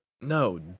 No